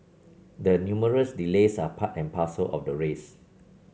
the numerous delays are part and parcel of the race